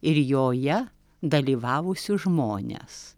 ir joje dalyvavusius žmones